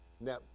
now